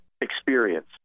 experience